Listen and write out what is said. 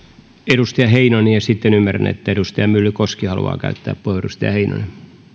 edustaja heinonen ja sitten ymmärrän että edustaja myllykoski haluaa käyttää puheenvuoron edustaja heinonen